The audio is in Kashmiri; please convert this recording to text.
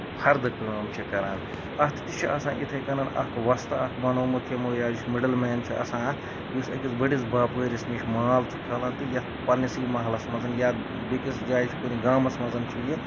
فردٕ کٲم چھِ کران اَتھ تہِ چھُ آسان یِتھٕے کَنۍ اکھ وۄستہٕ اکھ بَنوومُت یِمو یا مِڈٔل مین چھُ آسان اکھ یُس أکِس بٔڈِس باپٲرِس نِش مال چھُ کھالان تہٕ یَتھ پَننِسے محلَس منٛز یا بیٚیہِ کِس جایہِ چھُ یہِ کُنہِ گامَس منز چھُ یہِ